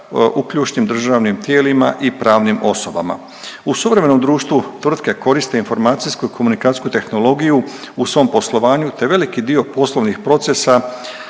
u ključnim državnim tijelima i pravnim osobama. U suvremenom društvu tvrtke koriste informacijsku i komunikacijsku tehnologiju u svom poslovanju te veliki dio poslovnih procesa